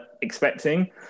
expecting